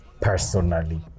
personally